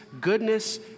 goodness